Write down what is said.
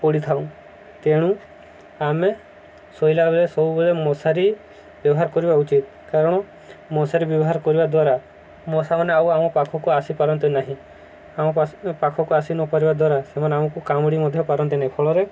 ପଡ଼ିଥାଉ ତେଣୁ ଆମେ ଶୋଇଲାବେଳେ ସବୁବେଳେ ମଶାରି ବ୍ୟବହାର କରିବା ଉଚିତ କାରଣ ମଶାରି ବ୍ୟବହାର କରିବା ଦ୍ୱାରା ସେମାନେ ଆଉ ଆମ ପାଖକୁ ଆସିପାରନ୍ତି ନାହିଁ ଆମ ପାଖକୁ ଆସି ନପାରିବା ଦ୍ୱାରା ସେମାନେ ଆମକୁ କାମୁଡ଼ି ମଧ୍ୟ ପାରନ୍ତି ନାହିଁ ଫଳରେ